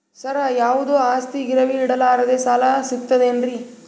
ಸರ, ಯಾವುದು ಆಸ್ತಿ ಗಿರವಿ ಇಡಲಾರದೆ ಸಾಲಾ ಸಿಗ್ತದೇನ್ರಿ?